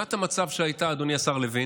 תמונת המצב שהייתה, אדוני השר לוין,